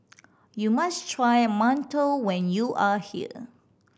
you must try mantou when you are here